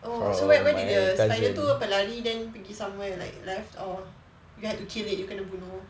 oh so where where did the spider tu apa lari then pergi somewhere like left or you had to kill it you kena bunuh